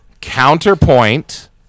Counterpoint